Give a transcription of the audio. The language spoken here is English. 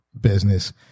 business